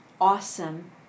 awesome